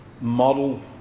model